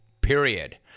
period